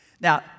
Now